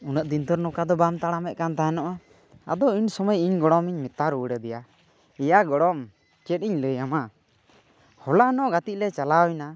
ᱩᱱᱟᱹᱜ ᱫᱤᱱ ᱫᱚ ᱱᱚᱠᱟ ᱫᱚ ᱵᱟᱢ ᱛᱟᱲᱟᱢᱮᱫ ᱠᱟᱱ ᱛᱟᱦᱮᱱᱚᱜᱼᱟ ᱟᱫᱚ ᱤᱧ ᱥᱳᱢᱳᱭ ᱤᱧ ᱜᱚᱲᱚᱢᱤᱧ ᱢᱮᱛᱟ ᱨᱩᱭᱟᱹᱲ ᱟᱫᱮᱭᱟ ᱮᱭᱟ ᱜᱚᱲᱚᱢ ᱪᱮᱫ ᱤᱧ ᱞᱟᱹᱭ ᱟᱢᱟ ᱦᱚᱞᱟ ᱱᱚᱜ ᱜᱟᱛᱮᱜ ᱞᱮ ᱪᱟᱞᱟᱣ ᱮᱱᱟ